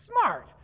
smart